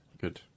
Good